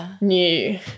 new